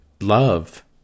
love